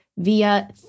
Via